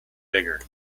bigger